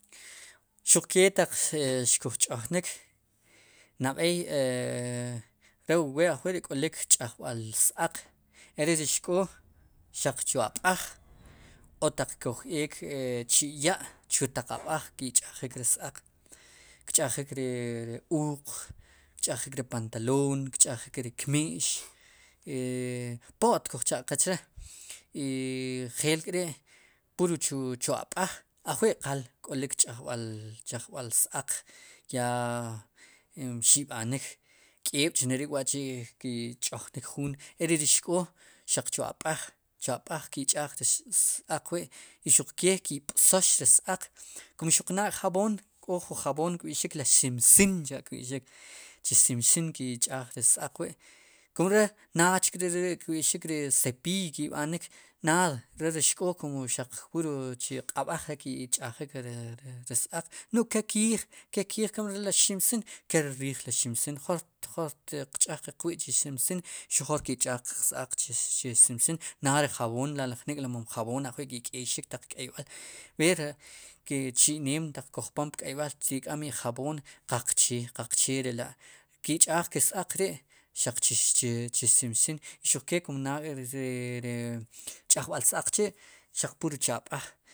Xuqke taq xkuj ch'ojnik nab'ey e re wu we ajwi' k'olik ch'ajb'al s-aaq ri xk'o xaq chu ab'aj o taq kuj eek chi' ya'chu taq ab'aj ki'ch'ajik ri s-aq kch'ajik ri uq kch'ajik ri pantaloon kch'ajik ri kmi'x po't kuj cha'qe che' i njel kri' pur chu ab'aj ajwi' qal k'olik ch'ajb'al s-aaq yaa mxi' b'anik k'eeb'chneri' wa'chi'ki'ch'jnik juun e re ri xk'o xaq chu ab'ajki'ch'aaj re ri s-aaq wi' i xuq ke ki b'sos ri s-aq kum xuq naad k're jab'oon k'o jun jab'oon kb'i'xik ri simsin cha'kb'ixik chi simsin ki' ch'aaj ri s-aaq wi' k'. o re naach re ri'kb'i'xik ri cepiiy ki'b'anik naad ri xk'o kum xaq puru chu q'ab'aj ki'ch'ajik ke ri s-aaq nu'j kel kiij kun re li ximsin kel le riij ri ximsin jor, jor qe tiq ch'aaj qwi' ruk simsin xuq jor ke' ch'aaj qeq s-aaq chu simsin naad le jab'oom la'ri jnik'li mom jab'oon la' ajwi' ki' kéyxik taq k'eyb'al b'er ri chi'neem kuj pom pk'eyb'al ki k'am ijab'oom qaqche qaqcherela' ki'ch'aaj ke s. aaq ri' xaq chi simsin xuke kum naad ri ch'ajb'al s-aaq chi' xaq pur cha'ab'aj.